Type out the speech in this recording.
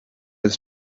his